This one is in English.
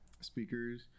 speakers